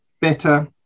better